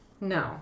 No